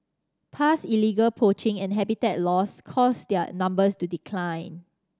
past illegal poaching and habitat loss caused their numbers to decline